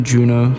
Juno